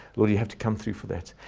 what do you have to come through for that?